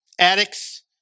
addicts